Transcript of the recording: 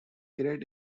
great